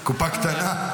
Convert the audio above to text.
קופה קטנה.